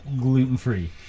gluten-free